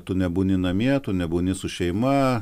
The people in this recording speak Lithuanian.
tu nebūni namie tu nebūni su šeima